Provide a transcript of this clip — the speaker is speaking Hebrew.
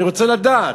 אני רוצה לדעת.